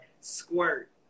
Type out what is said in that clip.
squirt